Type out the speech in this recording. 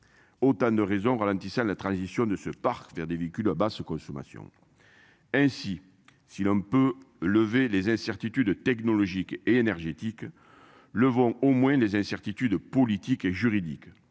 Autant de raisons ralentissent à la transition de ce parc vers des véhicules à basse consommation. Ainsi, si l'homme peut lever les incertitudes technologiques et énergétiques le vont au moins les incertitudes politiques et juridiques,